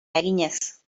eginez